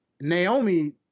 Naomi